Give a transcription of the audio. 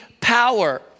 power